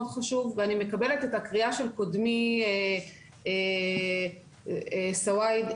חשוב ואני מקבלת את הקריאה של קודמי סוויד,